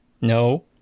no